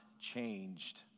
changed